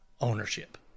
ownership